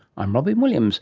i'm robyn williams